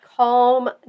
Calm